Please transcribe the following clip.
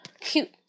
Cute